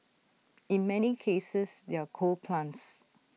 in many cases they're coal plants